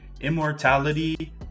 Immortality